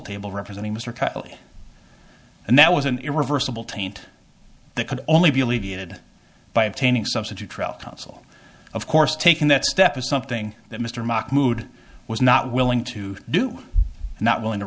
table representing mister and that was an irreversible taint that could only be alleviated by obtaining substitute trial counsel of course taking that step is something that mr mock mood was not willing to do and not willing to